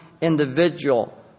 individual